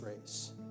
race